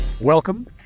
Welcome